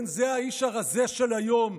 כן, זה האיש הרזה של היום.